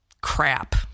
Crap